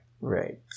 Right